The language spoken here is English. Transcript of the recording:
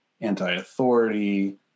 anti-authority